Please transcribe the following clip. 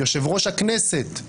יושב-ראש הכנסת,